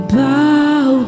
bow